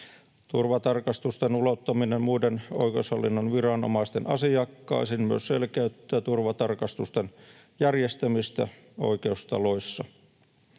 Turvatarkastusten ulottaminen muiden oikeushallinnon viranomaisten asiakkaisiin myös selkeyttää turvatarkastusten järjestämistä oikeustaloissa.